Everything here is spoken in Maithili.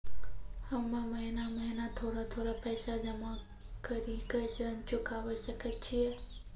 हम्मे महीना महीना थोड़ा थोड़ा पैसा जमा कड़ी के ऋण चुकाबै सकय छियै?